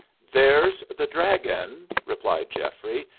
there's the dragon, replied geoffrey,